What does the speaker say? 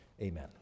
Amen